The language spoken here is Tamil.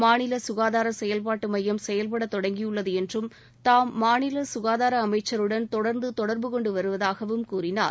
மாநில சுகாதார செயல்பாட்டு மையம் செயல்பட தொடங்கியுள்ளது என்றும் தாம் மாநில சுகாதார அமைச்சருடன் தொடர்ந்து தொடர்பு கொண்டுவருவதாகவும் கூறினார்